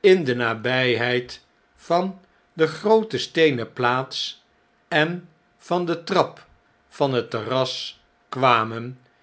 in de nabijheid van de groote steenen plaats en van de trap van het terras kwamen